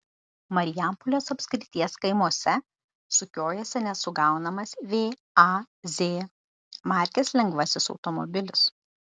marijampolės apskrities kaimuose sukiojasi nesugaunamas vaz markės lengvasis automobilis